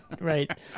Right